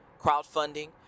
crowdfunding